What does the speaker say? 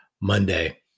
Monday